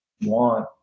want